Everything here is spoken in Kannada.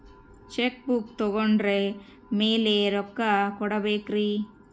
ಚೆಕ್ ಬುಕ್ ತೊಗೊಂಡ್ರ ಮ್ಯಾಲೆ ರೊಕ್ಕ ಕೊಡಬೇಕರಿ?